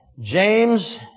James